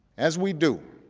as we do,